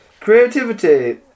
creativity